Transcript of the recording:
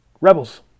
Rebels